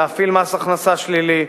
להפעיל מס הכנסה שלילי,